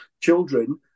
children